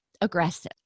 aggressive